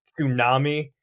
Tsunami